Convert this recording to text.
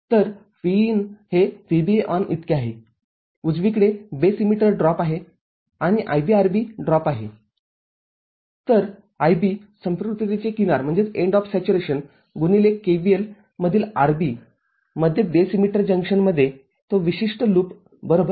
तर Vin हे VBE इतके आहे उजवीकडेबेस इमीटर ड्रॉप आणि IBRB ड्रॉप तर IB संपृक्ततेची किनार गुणिले KVL मधील RB मध्ये बेस इमीटर जंक्शनमध्ये तो विशिष्ट लूप बरोबर